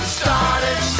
started